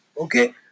Okay